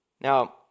Now